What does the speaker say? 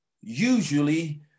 usually